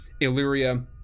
Illyria